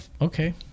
Okay